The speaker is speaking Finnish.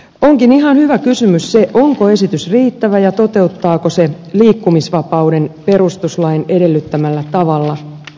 onkin ihan hyvä kysymys onko esitys riittävä ja toteuttaako se liikkumisvapauden perustuslain edellyttämällä tavalla